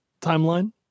timeline